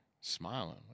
smiling